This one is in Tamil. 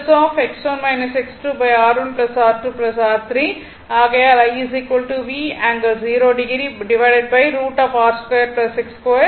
tan 1 X1 X2 R1 R2 R3 ஆகையால் I V ∠0 √ R2 X2 ∠θ